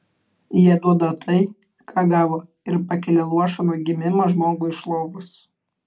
jie duoda tai ką gavo ir pakelia luošą nuo gimimo žmogų iš lovos